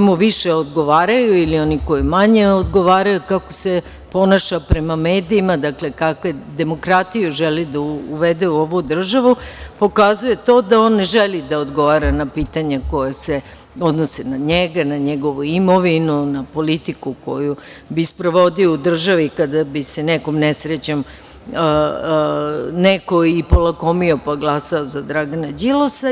mu više odgovaraju ili oni koji manje odgovaraju, kako se ponaša prema medijima, dakle kakvu demokratiju želi da uvede u ovu državu, pokazuje to da on ne želi da odgovara na pitanja koja se odnose na njega, na njegovu imovinu, na politiku koju bi sprovodio u državi kada bi se nekom nesrećom, neko i polakomio pa glasao za Dragana Đilasa.